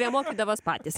jie mokydavos patys